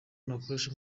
nakoresha